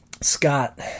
Scott